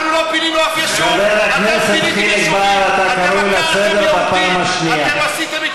חבר הכנסת חיליק בר, אתה קרוא לסדר בפעם הראשונה.